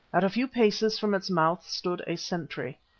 at a few paces from its mouth stood a sentry.